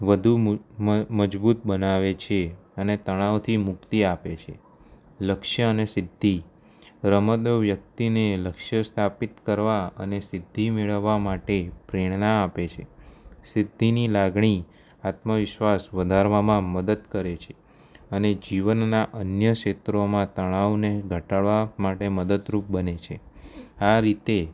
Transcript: વધુ મ મજબૂત બનાવે છે અને તણાવથી મુક્તિ આપે છે લક્ષ્ય અને સિદ્ધિ રમતો વ્યક્તિને લક્ષ્ય સ્થાપિત કરવા અને સિદ્ધિ મેળવવા માટે પ્રેરણા આપે છે સિદ્ધિની લાગણી આત્મવિશ્વાસ વધારવામાં મદદ કરે છે અને જીવનમાં અન્ય ક્ષેત્રોમાં તણાવને ઘટાડવા માંટે મદદરૂપ બને છે આ રીતે